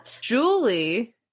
Julie